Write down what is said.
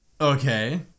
Okay